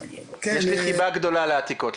יש לי חיבה גדולה לעתיקות.